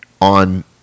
on